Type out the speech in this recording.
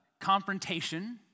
confrontation